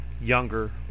younger